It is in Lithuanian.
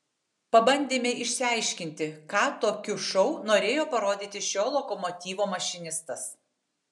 pabandėme išsiaiškinti ką tokiu šou norėjo parodyti šio lokomotyvo mašinistas